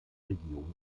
region